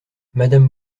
madame